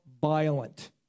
violent